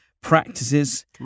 practices